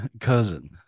cousin